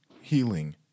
healing